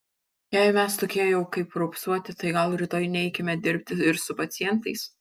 jei mes tokie jau kaip raupsuoti tai gal rytoj neikime dirbti ir su pacientais